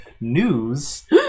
news